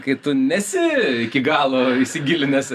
kai tu nesi iki galo įsigilinęs